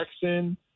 Jackson